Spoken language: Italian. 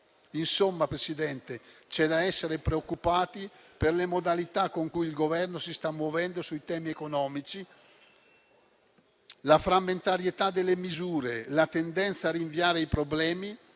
Insomma, Presidente, c’è da essere preoccupati per le modalità con cui il Governo si sta muovendo sui temi economici, la frammentarietà delle misure, la tendenza a rinviare i problemi,